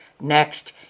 Next